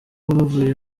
bavuye